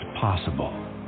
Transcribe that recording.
possible